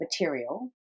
material